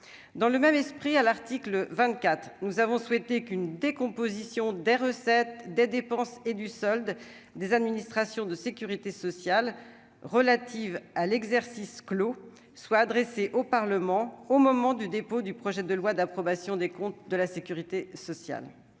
dans le même esprit à l'article vingt-quatre: nous avons souhaité qu'une décomposition des recettes des dépenses et du solde des administrations de Sécurité sociale relatives à l'exercice clos soit adressé au Parlement, au moment du dépôt du projet de loi d'approbation des comptes de la Sécurité sociale,